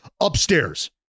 upstairs